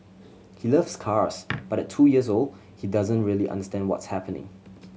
he loves cars but at two years old he doesn't really understand what's happening